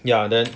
ya then